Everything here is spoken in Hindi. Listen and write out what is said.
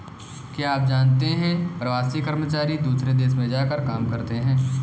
क्या आप जानते है प्रवासी कर्मचारी दूसरे देश में जाकर काम करते है?